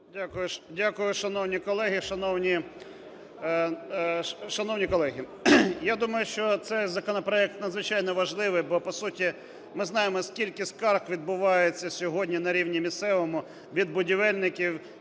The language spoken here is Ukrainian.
Шановні колеги, я думаю, що цей законопроект надзвичайно важливий. Бо, по суті, ми знаємо, скільки скарг відбувається на рівні місцевому від будівельників,